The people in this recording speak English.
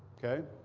ok?